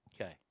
Okay